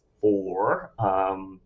four